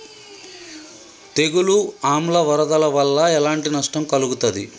తెగులు ఆమ్ల వరదల వల్ల ఎలాంటి నష్టం కలుగుతది?